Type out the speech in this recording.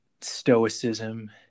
stoicism